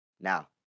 Now